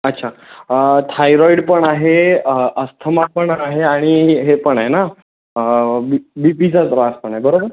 अच्छा थायरॉईड पण आहे अस्थमा पण आहे आणि हे पण आहे ना बी बी पीचा त्रास पण आहे बरोबर